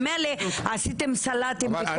ממילא עשיתם סלט עם כל הוועדות.